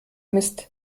mist